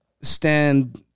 stand